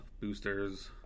Boosters